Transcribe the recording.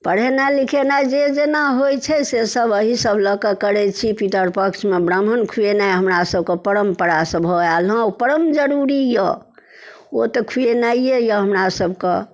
पढ़ेनाइ लिखेनाए जे जेना होइ छै सेसब अहीसब लऽ कऽ करै छी पितरपक्षमे ब्राह्मण खुएनाए हमरासभके परम्परासँ भऽ आएल हँ ओ परम जरूरी अइ ओ तऽ खुएनाइए अइ हमरासभके